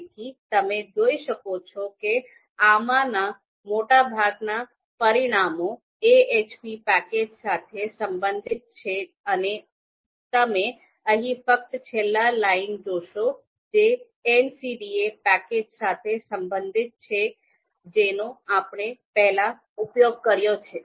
તેથી તમે જોઈ શકો છો કે આમાંના મોટાભાગના પરિણામો ahp પેકેજ સાથે સંબંધિત છે અને તમે અહીં ફક્ત છેલ્લી લાઇન જોશો જે MCDA પેકેજ સાથે સંબંધિત છે જેનો આપણે પહેલા ઉપયોગ કર્યો છે